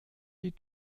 die